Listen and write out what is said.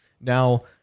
Now